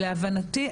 להבנתי,